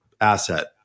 Asset